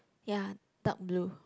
ya dark blue